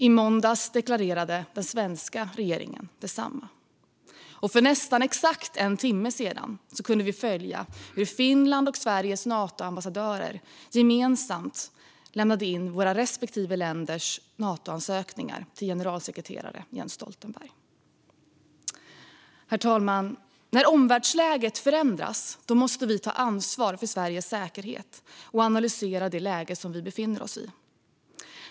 I måndags deklarerade den svenska regeringen detsamma, och för nästan exakt en timme sedan lämnade Finlands och Sveriges Natoambassadörer gemensamt in våra respektive länders Natoansökningar till generalsekreterare Jens Stoltenberg. Herr talman! När omvärldsläget förändras måste vi ta ansvar för Sveriges säkerhet och analysera det läge som vi befinner oss i.